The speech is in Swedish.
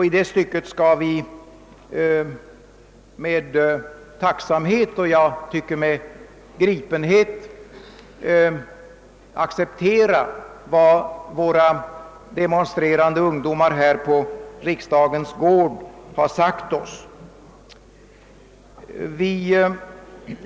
I det stycket skall vi med tacksamhet — och jag tycker med gripenhet — acceptera vad våra demonstrerande ungdomar på riksdagens gård har sagt OSS.